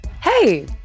Hey